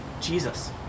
Jesus